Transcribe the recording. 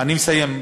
אני מסיים,